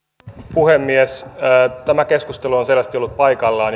puhemies tämä keskustelu on selvästi ollut paikallaan